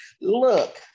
Look